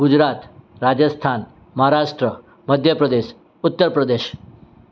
Gujarat Rajasthan Maharashtra Madhya Pradesh Uttar Pradesh